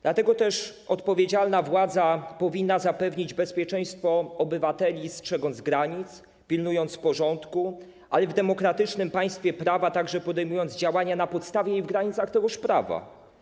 Dlatego też odpowiedzialna władza powinna zapewnić bezpieczeństwo obywateli, strzegąc granic, pilnując porządku, ale w demokratycznym państwie prawa także podejmując działania na podstawie i w granicach tegoż prawa.